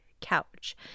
couch